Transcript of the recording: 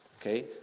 Okay